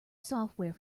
software